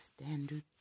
Standard